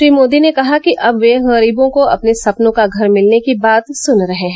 श्री मोदी ने कहा कि अब वे गरीबों को अपने सपनों का घर मिलने की बात सुन रहे हैं